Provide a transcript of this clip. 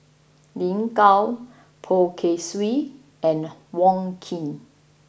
Lin Gao Poh Kay Swee and Wong Keen